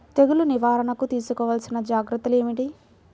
తెగులు నివారణకు తీసుకోవలసిన జాగ్రత్తలు ఏమిటీ?